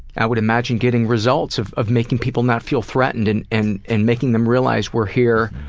i would imagine getting results of of making people not feel threatened and and and making them realize we're here,